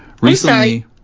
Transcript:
Recently